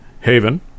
Haven